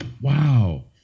wow